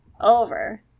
over